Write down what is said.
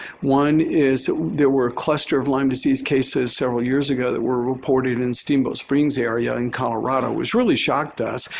one is there were a cluster of lyme disease cases several years ago that were reported in steamboat springs area in colorado, which really shocked us.